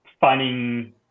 finding